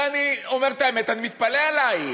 ואני אומר את האמת, אני מתפלא עלייך.